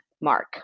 Mark